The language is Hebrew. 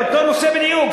זה אותו נושא בדיוק,